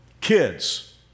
Kids